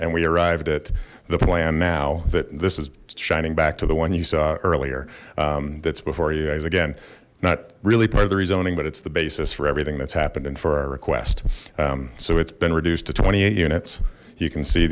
and we arrived at the plan now that this is shining back to the one you saw earlier that's before you guys again not really part of the rezoning but it's the basis for everything that's happened and for our request so it's been reduced to twenty eight units you can see